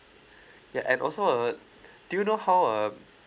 ya and also uh do you know how uh